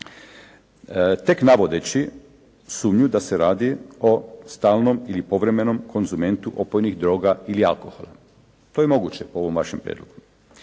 tek navodeći sumnju da se radi o stalnom ili povremenom konzumentu opojnih droga ili alkohola. To je moguće po ovom vašem prijedlogu.